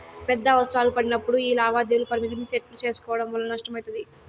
పెద్ద అవసరాలు పడినప్పుడు యీ లావాదేవీల పరిమితిని సెట్టు సేసుకోవడం వల్ల నష్టమయితది